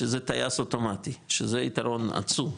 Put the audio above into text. שזה טייס אוטומטי שזה יתרון עצום,